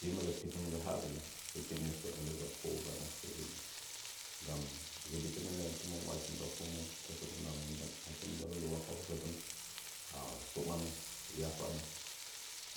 Hii mɨ rə pikɨnnggɨ haa dugu hɨchi nii səə ələga ko wo ganə asɨkə vɨdɨchi. Nggam vɨdikɨnə nə’ə tɨməm waa-shi nda ko mu akii tsu mɨnaməm. Achi mɨndən nitluwapau səkɨn tsu, suwanən, yadasən. A